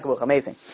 Amazing